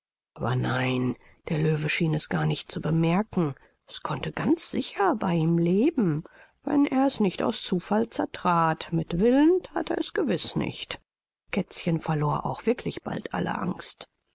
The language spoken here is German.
nein der löwe schien es gar nicht zu bemerken es konnte ganz sicher bei ihm leben wenn er es nicht aus zufall zertrat mit willen that er es gewiß nicht kätzchen verlor auch wirklich bald alle angst